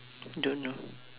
don't know